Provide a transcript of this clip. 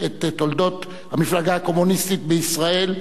את תולדות המפלגה הקומוניסטית בישראל,